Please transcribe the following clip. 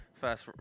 First